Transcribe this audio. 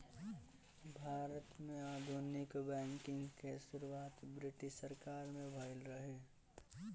भारत में आधुनिक बैंकिंग के शुरुआत ब्रिटिस सरकार में भइल रहे